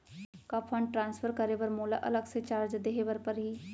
का fund transfer करे बर मोला अलग से चार्ज देहे बर परही?